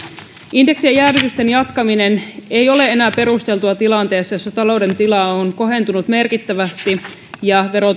indeksien jäädytysten jatkaminen ei ole enää perusteltua tilanteessa jossa talouden tila on kohentunut merkittävästi ja